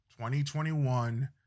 2021